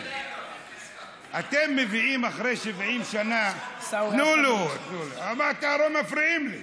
אתם מביאים אחרי 70 שנה, אבל מפריעים לי.